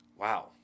wow